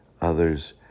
others